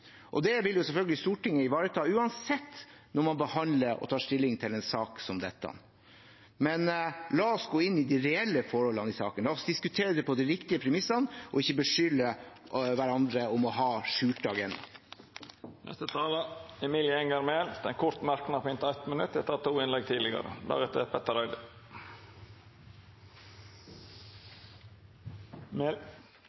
Det vil selvfølgelig Stortinget uansett ivareta når man behandler og tar stilling til en sak som dette. La oss gå inn i de reelle forholdene i saken, la oss diskutere det på de riktige premissene og ikke beskylde hverandre for å ha skjulte agendaer. Representanten Emilie Enger Mehl har hatt ordet to gonger tidlegare og får ordet til ein kort merknad, avgrensa til 1 minutt.